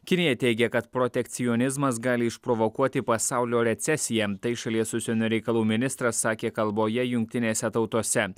kinija teigia kad protekcionizmas gali išprovokuoti pasaulio recesiją tai šalies užsienio reikalų ministras sakė kalboje jungtinėse tautose